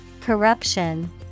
Corruption